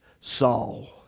Saul